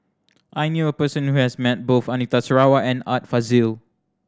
I knew a person who has met both Anita Sarawak and Art Fazil